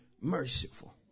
merciful